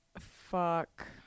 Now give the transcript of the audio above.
fuck